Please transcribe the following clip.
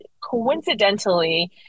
coincidentally